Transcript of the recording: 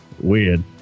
weird